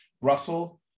Russell